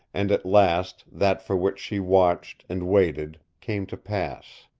and at last that for which she watched and waited came to pass.